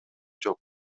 жок